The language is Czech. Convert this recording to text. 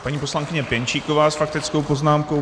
Paní poslankyně Pěnčíková s faktickou poznámkou.